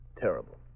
Terrible